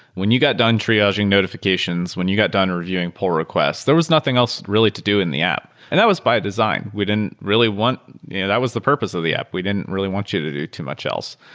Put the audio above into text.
when you got done triaging notifications, when you got done reviewing pull requests, there was nothing else really to do in the app. and that was by design. we didn't really want that was the purpose of the app. we didn't really want you to do too much else.